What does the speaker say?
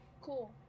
Cool